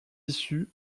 issus